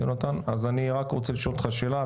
אז אני רק רוצה לשאול אותך שאלה.